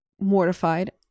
mortified